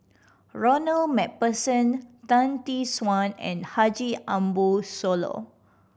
Ronald Macpherson Tan Tee Suan and Haji Ambo Sooloh